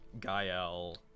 Gael